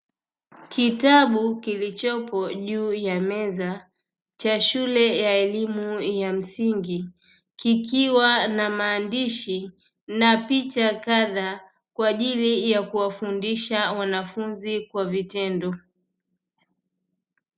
Kitabu kilichopo juu ya meza, cha shule ya elimu ya msingi, kikiwa na maandishi na picha kadhaa, kwa ajili ya kuwafundisha wanafunzi kwa vitendo.